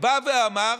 בא ואמר: